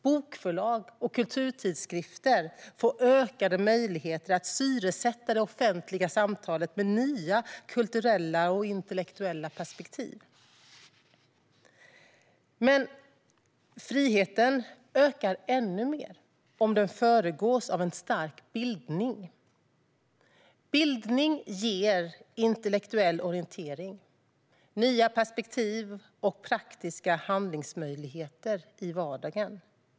Bokförlag och kulturtidskrifter får ökade möjligheter att syresätta det offentliga samtalet med nya kulturella och intellektuella perspektiv. Friheten ökar ännu mer om den föregås av en stark bildning. Bildning ger intellektuell orientering, nya perspektiv och praktiska handlingsmöjligheter i vardagen.